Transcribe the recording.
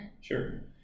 sure